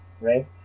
right